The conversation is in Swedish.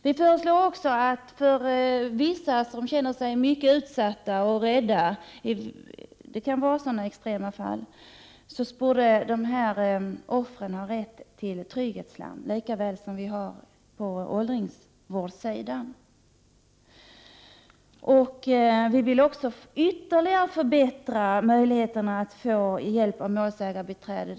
Vi föreslår också att vissa offer som känner sig mycket utsatta och rädda — det finns sådana extrema fall — borde ha rätt till trygghetslarm, lika väl som sådana finns inom åldringsvården. Vi vill ytterligare förbättra möjligheterna att få hjälp av målsägarbiträde.